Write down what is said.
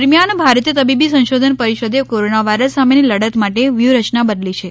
દરમિયાન ભારતીય તબીબી સંશોધન પરિષદે કોરોના વાયરસ સામેની લડત માટે વ્યૂહરચના બદલી છે